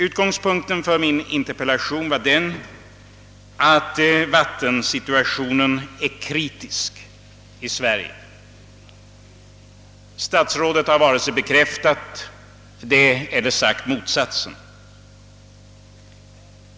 Utgångspunkten för min interpellation var att vattensituationen är kritisk i Sverige. Statsrådet har inte vare sig bekräftat eller förnekat detta.